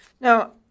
Now